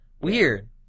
weird